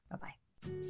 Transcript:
Bye-bye